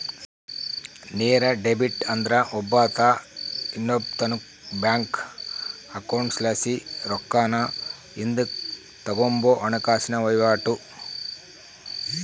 ನೇರ ಡೆಬಿಟ್ ಅಂದ್ರ ಒಬ್ಬಾತ ಇನ್ನೊಬ್ಬಾತುನ್ ಬ್ಯಾಂಕ್ ಅಕೌಂಟ್ಲಾಸಿ ರೊಕ್ಕಾನ ಹಿಂದುಕ್ ತಗಂಬೋ ಹಣಕಾಸಿನ ವಹಿವಾಟು